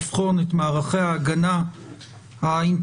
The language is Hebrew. לבחון את מערכי ההגנה האינטרנטיים,